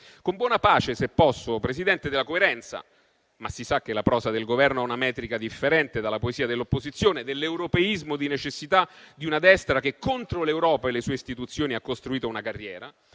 con buona pace, se posso, della coerenza. Ma si sa che la prosa del Governo ha una metrica differente dalla poesia dell'opposizione, dell'europeismo di necessità di una destra che contro l'Europa e le sue istituzioni ha costruito una carriera,